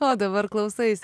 o dabar klausais